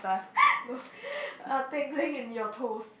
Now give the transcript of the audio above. no uh tingling in your toes